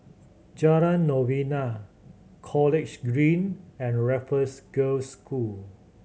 Jalan Novena College Green and Raffles Girls' School